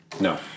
No